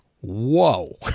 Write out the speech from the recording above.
whoa